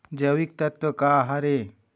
जैविकतत्व का हर ए?